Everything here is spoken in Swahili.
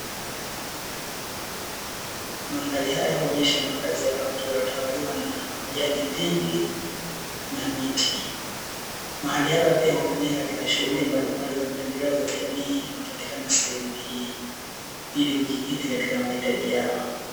Mandhari haya huonyesha makazi ya watu yaliyo tawaliwa na majani mengi na miti. Mahali hapa pia hutumika katika shughuli mbalimbali za maendeleo ya jamii yanayopatikana sehemu hii, ili kujikiti katika mahitaji yao.